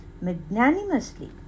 magnanimously